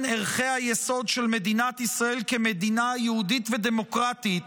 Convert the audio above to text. ערכי היסוד של מדינת ישראל כמדינה יהודית ודמוקרטית